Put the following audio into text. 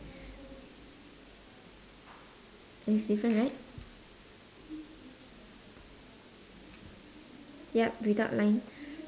~s it's different right yup without lines